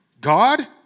God